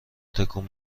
تکون